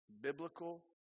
biblical